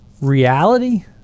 reality